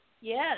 Yes